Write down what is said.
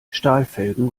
stahlfelgen